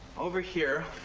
over here